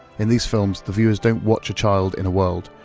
in these films, the viewers don't watch a child in a world,